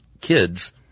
kids